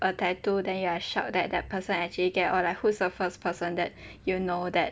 a tattoo then you are shocked that the person actually get or like who is the first person that you know that